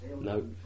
No